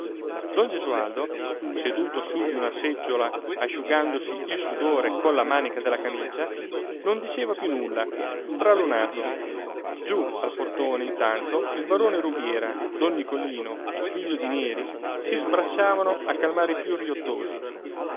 don gesualdo seduto su di una seggiola asciugandosi il sudore colla manica della camicia non diceva più nulla stralunato giù al portone intanto il barone rubiera don nicolino il figlio di neri si sbracciavano a calmare i più riottosi